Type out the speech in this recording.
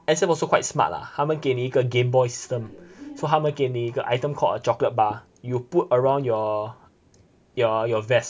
and some also quite smart lah 他们给你一个 gameboy system so 他们给你一个 item called a chocolate bar you put around your your your vest